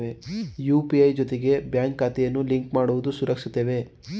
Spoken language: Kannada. ಯು.ಪಿ.ಐ ಜೊತೆಗೆ ಬ್ಯಾಂಕ್ ಖಾತೆಯನ್ನು ಲಿಂಕ್ ಮಾಡುವುದು ಸುರಕ್ಷಿತವೇ?